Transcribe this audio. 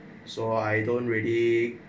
so I don't really